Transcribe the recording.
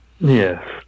Yes